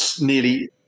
nearly